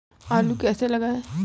आलू कैसे लगाएँ?